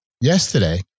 yesterday